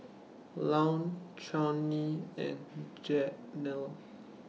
Louann Chaney and Janell